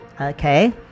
Okay